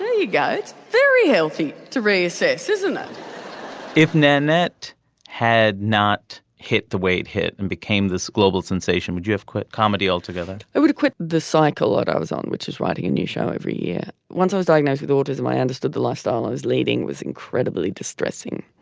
you got very healthy to raise sex isn't ah if nanette had not hit the weight hit and became this global sensation would you have quit comedy altogether i would quit the cycle ah that i was on which is writing a new show every year. once i was diagnosed with autism i i understood the lifestyle i was leading was incredibly distressing.